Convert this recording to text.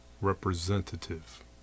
representative